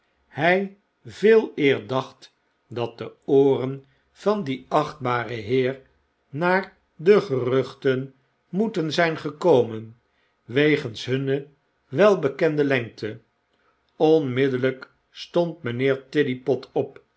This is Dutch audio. by veeleer dacht dat de ooren van dien achtbaren heer naar de geruchten moeten zyn gekomen wegens hunne welbekende lengte onmiddellyk stond mijnheer tiddypot op